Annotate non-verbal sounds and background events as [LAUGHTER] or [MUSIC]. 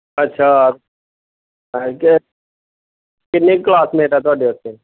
ਅੱਛਾ [UNINTELLIGIBLE] ਕਿੰਨੇ ਕਲਾਸਮੇਟ ਆ ਤੁਹਾਡੇ ਉੱਥੇ